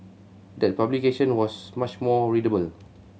that publication was much more readable